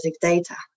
data